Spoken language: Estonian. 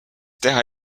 teha